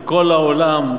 שבכל העולם,